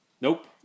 Nope